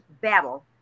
battle